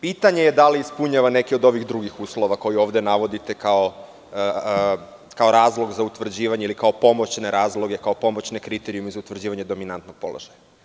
Pitanje je da li ispunjava neke od ovih drugih uslova koje ovde navodite kao razlog za utvrđivanje ili kao pomoćne razloge, pomoćne kriterijume za utvrđivanje dominantnog položaja.